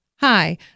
Hi